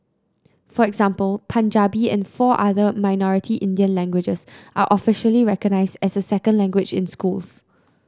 for example Punjabi and four other minority Indian languages are officially recognised as a second language in schools